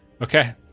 Okay